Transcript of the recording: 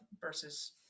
versus